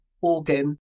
organ